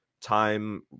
time